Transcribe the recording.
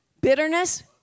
bitterness